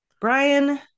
Brian